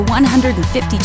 150